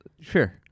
Sure